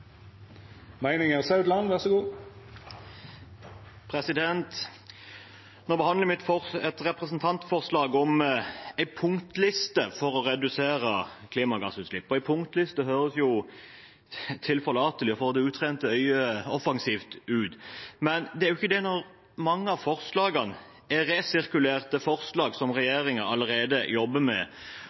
Nå behandler vi et representantforslag om en punktliste for å redusere klimagassutslipp. En punktliste høres tilforlatelig ut og ser for det utrente øyet offensivt ut, men det er jo ikke det når mange av forslagene er resirkulerte forslag, forslag som regjeringen allerede jobber med.